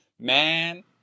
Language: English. man